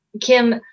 Kim